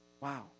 Wow